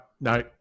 no